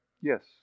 Yes